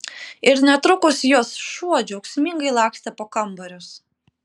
ir netrukus jos šuo džiaugsmingai lakstė po kambarius